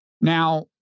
Now